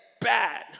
bad